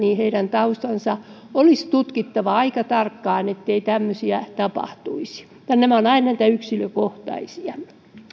taustat olisi tutkittava aika tarkkaan ettei tämmöisiä tapahtuisi nämä ovat aina näitä yksilökohtaisia